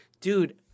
dude